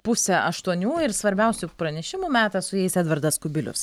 pusė aštuonių ir svarbiausių pranešimų metas su jais edvardas kubilius